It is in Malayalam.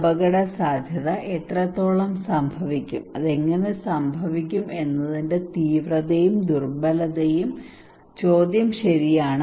ഈ അപകടസാധ്യത എത്രത്തോളം സംഭവിക്കും അത് എങ്ങനെ സംഭവിക്കും എന്നതിന്റെ തീവ്രതയും ദുർബലതയും ചോദ്യം ശരിയാണ്